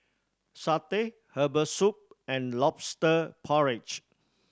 satay herbal soup and Lobster Porridge